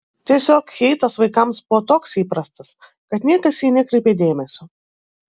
tiesiog heitas vaikams buvo toks įprastas kad niekas į jį nekreipė dėmesio